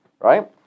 right